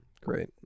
Great